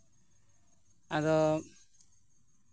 ᱟᱫᱚ